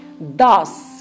Thus